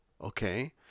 Okay